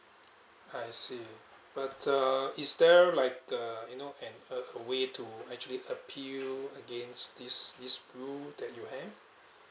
I see but uh is there like a you know and uh a way to actually appeal again this this room that you have